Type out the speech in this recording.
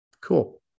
Cool